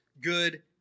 good